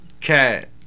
cat